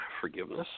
forgiveness